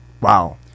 Wow